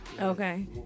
Okay